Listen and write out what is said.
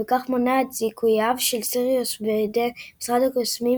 ובכך מונע את זיכויו של סיריוס בידי משרד הקסמים,